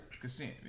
consent